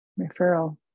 referral